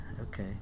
okay